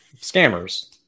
scammers